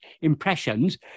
impressions